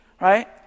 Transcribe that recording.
right